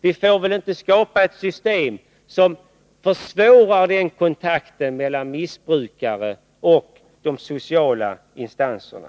Vi får inte skapa ett system som försvårar kontakten mellan missbrukare och de sociala institutionerna.